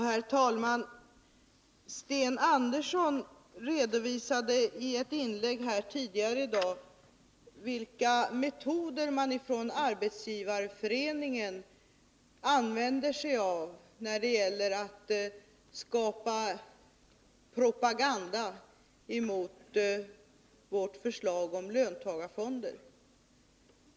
Herr talman! Sten Andersson redovisade i ett inlägg tidigare i dag vilka metoder man ifrån Arbetsgivareföreningen använder sig av för att driva propaganda mot vårt förslag om löntagarfonder.